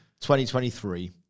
2023